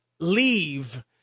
Leave